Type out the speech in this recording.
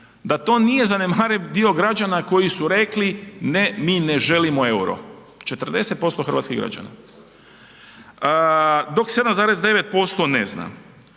da to nije zanemariv dio građana koji su rekli ne mi ne želimo EUR-o, 40% hrvatskih građana, dok 7,9% ne zna.